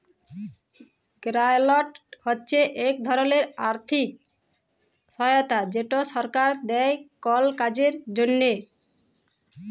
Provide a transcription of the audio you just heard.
গেরালট হছে ইক ধরলের আথ্থিক সহায়তা যেট সরকার দেই কল কাজের জ্যনহে